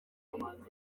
urugendo